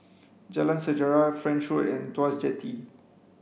Jalan Sejarah French Road and Tuas Jetty